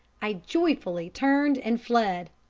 i joyfully turned and fled.